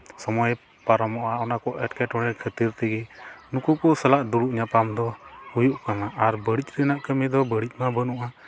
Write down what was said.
ᱥᱚᱢᱚᱭ ᱯᱟᱨᱚᱢᱚᱜᱼᱟ ᱚᱱᱟ ᱠᱚ ᱮᱴᱠᱮᱴᱚᱬᱮ ᱠᱷᱟᱹᱛᱤᱨ ᱛᱮᱜᱮ ᱤᱧ ᱱᱩᱠᱩ ᱠᱚ ᱥᱟᱞᱟᱜ ᱫᱩᱲᱩᱵᱽ ᱧᱟᱯᱟᱢ ᱫᱚ ᱦᱩᱭᱩᱜ ᱠᱟᱱᱟ ᱟᱨ ᱵᱟᱹᱲᱤᱡ ᱨᱮᱱᱟᱜ ᱠᱟᱹᱢᱤ ᱫᱚ ᱵᱟᱹᱲᱤᱡ ᱢᱟ ᱵᱟᱹᱱᱩᱜᱼᱟ